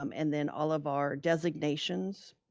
um and then all of our designations.